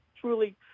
truly